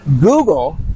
Google